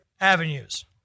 avenues